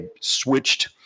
switched